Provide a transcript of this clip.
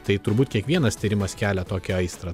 tai turbūt kiekvienas tyrimas kelia tokią aistrą